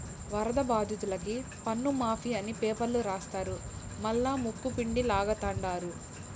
వరద బాధితులకి పన్నుమాఫీ అని పేపర్ల రాస్తారు మల్లా ముక్కుపిండి లాగతండారు